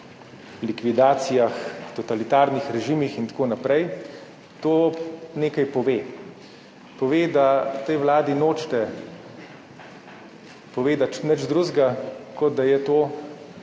likvidacijah, totalitarnih režimih in tako naprej, to nekaj pove. Pove, da o tej vladi nočete povedati nič drugega, kot da je to